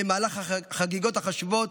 במהלך החגיגות החשובות,